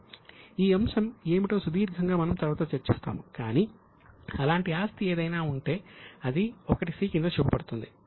ఈ అంశం ఏమిటో సుదీర్ఘంగా మనం తరువాత చర్చిస్తాము కానీ అలాంటి ఆస్తి ఏదైనా ఉంటే అది '1 c' కింద చూపబడుతుంది